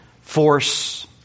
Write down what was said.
force